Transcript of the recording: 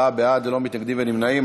44 בעד, ללא מתנגדים וללא נמנעים.